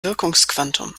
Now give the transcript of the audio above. wirkungsquantum